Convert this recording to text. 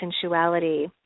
sensuality